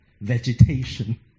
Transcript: Vegetation